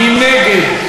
מי נגד?